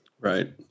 Right